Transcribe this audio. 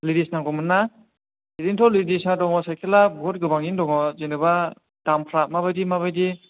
ladies नांगौमोनना ओरैनोथ' लेडिसा दङ सायकेला बुहुथ गोबाङैनो दङ जेनेबा दामफ्रा माबायदि माबायदि